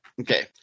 Okay